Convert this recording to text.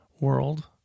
world